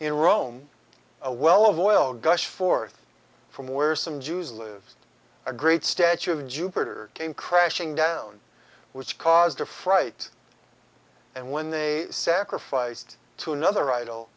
in rome a well of oil gushed forth from where some jews live a great statue of jupiter came crashing down which caused a fright and when they sacrificed to another